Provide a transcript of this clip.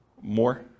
More